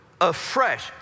afresh